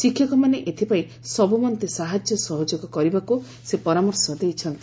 ଶିକ୍ଷକମାନେ ଏଥିପାଇଁ ସବୁମନ୍ତେ ସାହାଯ୍ୟ ସହଯୋଗ କରିବାକୁ ସେ ପରାମର୍ଶ ଦେଇଛନ୍ତି